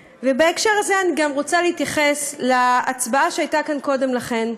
בהקשר הזה אני גם רוצה להתייחס להצבעה שהייתה כאן קודם לכן,